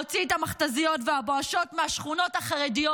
להוציא את המכת"זיות והבואשות מהשכונות החרדיות.